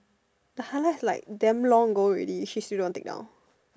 the highlight like damn long ago already she still don't take down